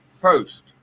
first